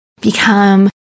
become